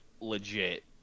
legit